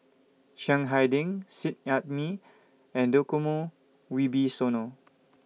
Chiang Hai Ding Seet Ai Mee and Djokomo Wibisono